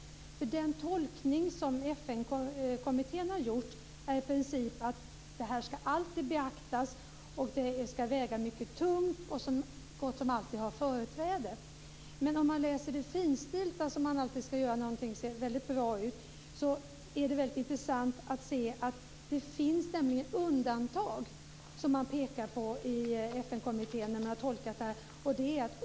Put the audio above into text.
Den tolkning som FN-kommittén har gjort är i princip att detta alltid ska beaktas, det ska väga mycket tungt och så gott som alltid har företräde. Men om man läser det finstilta, som man alltid ska göra när någonting ser väldigt bra ut, är det intressant att se att det finns undantag som FN-kommittén pekar på.